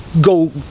go